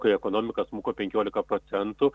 kai ekonomika smuko penkiolka procentų